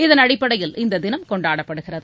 இதன் அடிப்படையில் இந்த தினம் கொண்டாடப்படுகிறது